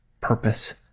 purpose